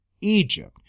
Egypt